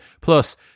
Plus